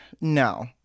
no